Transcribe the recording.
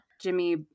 Jimmy